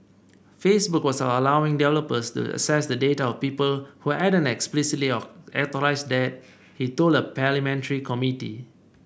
Facebook was allowing developers to access the data of people who hadn't explicitly of authorised that he told a parliamentary committee